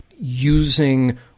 using